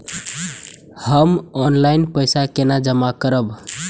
हम ऑनलाइन पैसा केना जमा करब?